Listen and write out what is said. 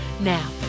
Now